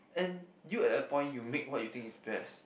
and you at that point you make what you think is best